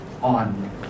on